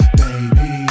baby